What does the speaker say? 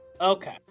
Okay